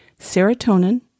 serotonin